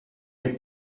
être